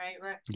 right